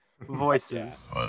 voices